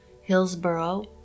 Hillsboro